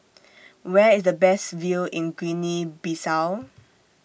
Where IS The Best View in Guinea Bissau